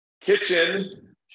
Kitchen